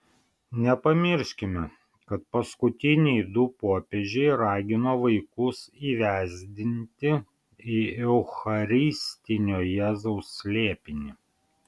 nepamirškime kad paskutiniai du popiežiai ragino vaikus įvesdinti į eucharistinio jėzaus slėpinį